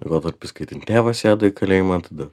laikotarpis kai ten tėvas sėdo į kalėjimą tada